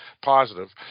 positive